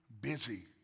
busy